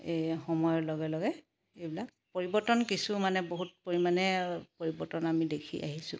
এই সময়ৰ লগে লগে এইবিলাক পৰিৱৰ্তন কিছু মানে বহুত পৰিমাণে পৰিৱৰ্তন আমি দেখি আহিছোঁ